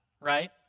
right